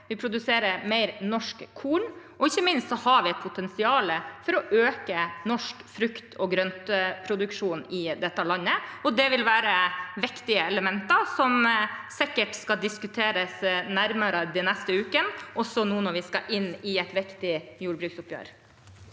spørretime 3713 norsk korn, og ikke minst har vi et potensial for å øke norsk frukt- og grøntproduksjon i dette landet. Det vil være viktige elementer som sikkert skal diskuteres nærmere de neste ukene – også nå når vi skal inn i et viktig jordbruksoppgjør.